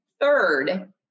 Third